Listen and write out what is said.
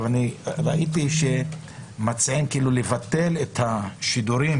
ראיתי שמציעים לבטל את השידורים